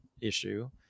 issue